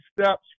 steps